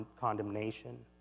condemnation